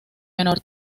menor